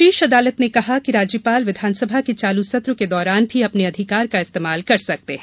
शीर्ष अदालत ने कहा कि राज्यपाल विधानसभा के चालू सत्र के दौरान भी अपने अधिकार का इस्तेमाल कर सकते हैं